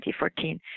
2014